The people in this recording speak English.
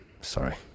Sorry